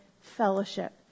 fellowship